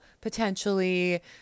potentially